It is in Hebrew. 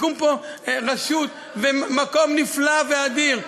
תקום פה רשות, מקום נפלא ואדיר.